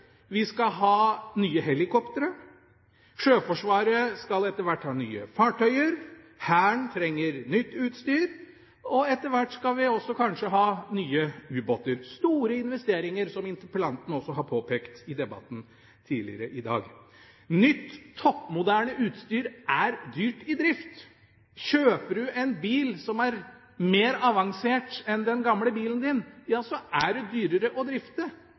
Vi skal ha nye helikoptre. Sjøforsvaret skal etter hvert ha nye fartøyer. Hæren trenger nytt utstyr, og etter hvert skal vi også kanskje ha nye ubåter. Det er store investeringer, som også interpellanten har påpekt i debatten tidligere i dag. Nytt toppmoderne utstyr er dyrt i drift. Kjøper du en bil som er mer avansert enn den gamle bilen din, er den dyrere å drifte.